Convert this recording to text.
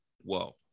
whoa